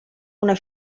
una